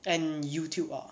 and Youtube ah